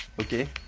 Okay